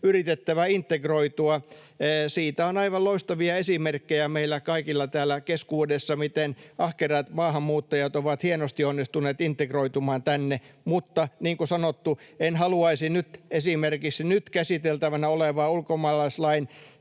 yritettävä integroitua. Siitä on aivan loistavia esimerkkejä meillä kaikilla täällä keskuudessamme, miten ahkerat maahanmuuttajat ovat hienosti onnistuneet integroitumaan tänne. Mutta niin kuin sanottu, en haluaisi esimerkiksi nyt käsiteltävänä olevaa ulkomaalaislain